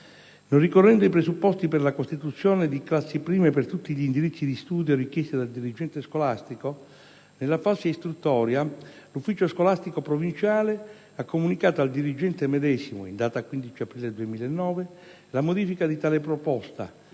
Non ricorrendo i presupposti per la costituzione di classi prime per tutti gli indirizzi di studio richiesti dal dirigente scolastico, nella fase istruttoria l'ufficio scolastico provinciale ha comunicato al dirigente medesimo, in data 15 aprile 2009, la modifica di tale proposta,